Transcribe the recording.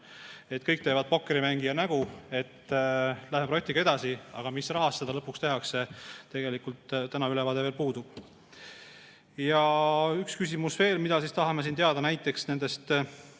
Kõik teevad pokkerimängija nägu, et lähme projektiga edasi, aga mis rahast seda lõpuks tehakse, tegelikult täna ülevaade veel puudub. Ja üks küsimus veel nendest seitsmest, mida tahame teada: